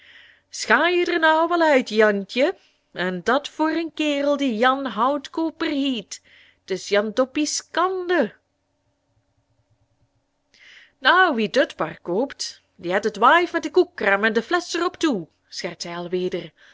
schai je der nou al uit jantje en dat voor een kerel die jan houtkooper hiet t is jandoppie skande nou wie dut park koopt die het et waif met de koekkraam en de flesch er op toe